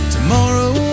Tomorrow